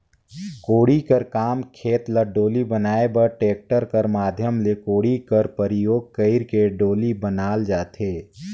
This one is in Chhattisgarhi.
कोड़ी कर काम खेत ल डोली बनाए बर टेक्टर कर माध्यम ले कोड़ी कर परियोग कइर के डोली बनाल जाथे